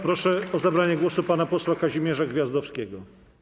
Proszę o zabranie głosu pana posła Kazimierza Gwiazdowskiego.